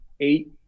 eight